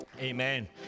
Amen